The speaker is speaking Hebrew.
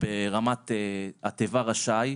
ברמת התיבה "רשאי",